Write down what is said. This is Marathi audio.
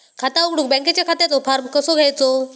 खाता उघडुक बँकेच्या खात्याचो फार्म कसो घ्यायचो?